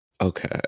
Okay